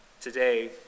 Today